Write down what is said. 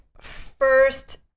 first